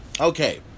okay